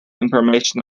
information